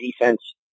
defense